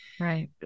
Right